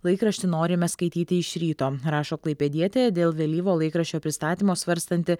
laikraštį norime skaityti iš ryto rašo klaipėdietė dėl vėlyvo laikraščio pristatymo svarstanti